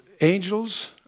angels